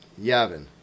Yavin